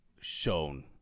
shown